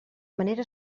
manera